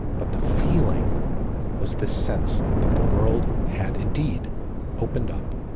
but the feeling was this sense that the world had indeed opened up,